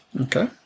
Okay